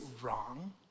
wrong